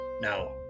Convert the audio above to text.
Now